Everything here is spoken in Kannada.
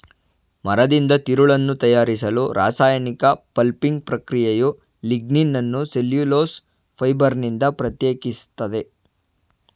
ಮರದಿಂದ ತಿರುಳನ್ನು ತಯಾರಿಸಲು ರಾಸಾಯನಿಕ ಪಲ್ಪಿಂಗ್ ಪ್ರಕ್ರಿಯೆಯು ಲಿಗ್ನಿನನ್ನು ಸೆಲ್ಯುಲೋಸ್ ಫೈಬರ್ನಿಂದ ಪ್ರತ್ಯೇಕಿಸ್ತದೆ